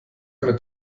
eine